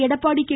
Edappadi K